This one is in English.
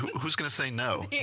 who's going to say no? yeah